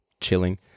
chilling